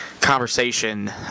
conversation